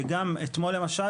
וגם אתמול למשל,